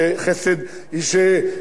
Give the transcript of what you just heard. איש שלומד דף יומי,